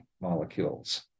molecules